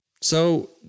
So-